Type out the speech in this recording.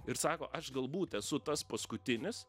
ir sako aš galbūt esu tas paskutinis